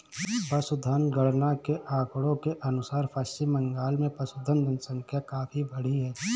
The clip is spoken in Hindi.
पशुधन गणना के आंकड़ों के अनुसार पश्चिम बंगाल में पशुधन जनसंख्या काफी बढ़ी है